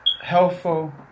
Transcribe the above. helpful